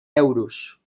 euros